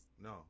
No